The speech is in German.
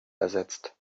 ersetzt